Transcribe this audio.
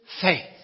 faith